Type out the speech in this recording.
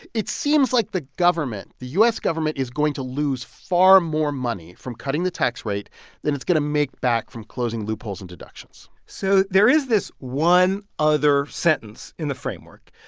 it seems like the government, the u s. government, is going to lose far more money from cutting the tax rate than it's going to make back from closing loopholes and deductions so there is this one other sentence in the framework.